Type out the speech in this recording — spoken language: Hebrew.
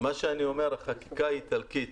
החקיקה האיטלקית